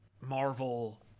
Marvel